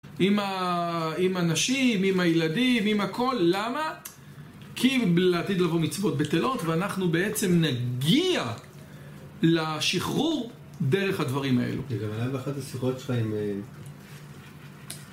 עם הנשים, עם הילדים, עם הכל, למה? כי לעתיד לבוא מצוות בטלות, ואנחנו בעצם נגיע לשחרור דרך הדברים האלו. זה גם היה באחד השיחות שלך עם...